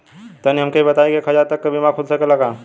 तनि हमके इ बताईं की एक हजार तक क बीमा खुल सकेला का?